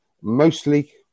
mostly